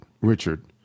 Richard